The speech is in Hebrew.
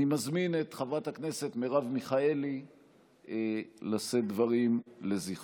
אני מזמין את חברת הכנסת מרב מיכאלי לשאת דברים לזכרו.